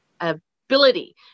ability